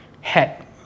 head